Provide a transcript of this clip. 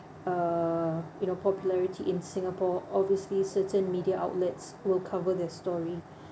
uh you know popularity in singapore obviously certain media outlets will cover their story